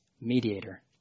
mediator